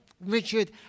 Richard